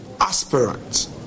aspirant